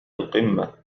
القمة